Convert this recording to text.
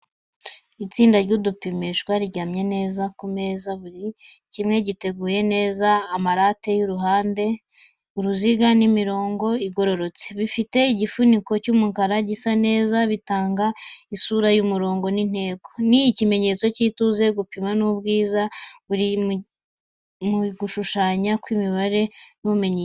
Itsinda ry'udupimishwa riryamye neza ku meza, buri kimwe giteguye neza, ama rate y’uruhande, uruziga n’imirongo igororotse. Bifite igifuniko cy’umukara gisa neza, bitanga isura y’umurongo n’intego. Ni ikimenyetso cy’ituze, gupima n’ubwiza buri mu gushushanya kw’imibare n'ubumenyingiro.